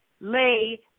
lay